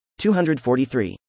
243